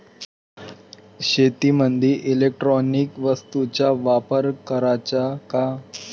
शेतीमंदी इलेक्ट्रॉनिक वस्तूचा वापर कराचा का?